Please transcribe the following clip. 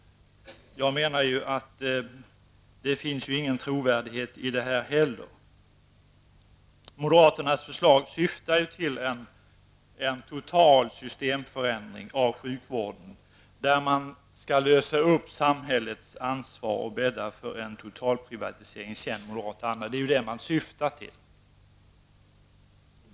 Det finns ingen trovärdighet i det heller, menar jag. Moderaternas förslag syftar ju till en total systemförändring inom sjukvården, där man skall lösa upp samhällets ansvar och bädda för en total privatisering i känd moderat anda -- det är vad man syftar till.